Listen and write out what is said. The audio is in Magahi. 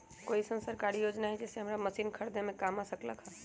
कोइ अईसन सरकारी योजना हई जे हमरा मशीन खरीदे में काम आ सकलक ह?